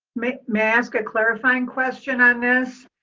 may may i ask a clarifying question on this?